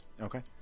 Okay